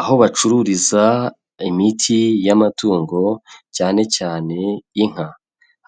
Aho bacururiza imiti y'amatungo cyanecyane inka,